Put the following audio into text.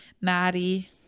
maddie